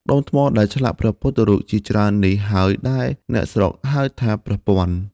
ដុំថ្មដែលឆ្លាក់ព្រះពុទ្ធរូបជាច្រើននេះហើយដែលអ្នកស្រុកហៅថា “ព្រះពាន់”។